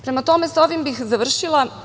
Prema tome, sa ovim bih završila.